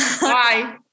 Bye